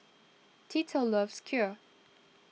Tito loves Kheer